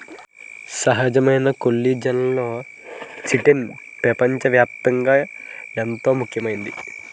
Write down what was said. సహజమైన కొల్లిజన్లలో చిటిన్ పెపంచ వ్యాప్తంగా ఎంతో ముఖ్యమైంది